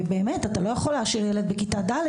אתה לא יכול להשאיר ילד בכיתה ד',